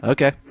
Okay